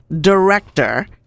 Director